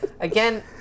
Again